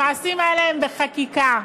המעשים האלה הם בחקיקה.